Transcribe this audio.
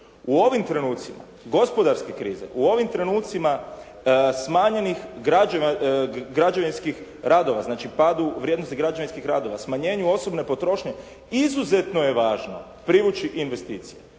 U ovom trenucima gospodarske krize, u ovim trenucima smanjenih građevinskih radova, znači padu vrijednosti građevinskih radova, smanjenju osobne potrošnje, izuzetno je važno privući investicije.